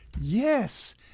yes